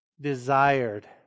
desired